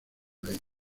ley